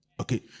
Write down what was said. Okay